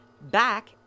back